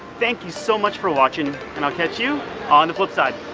thank you so much for watching and i'll catch you on the flip side!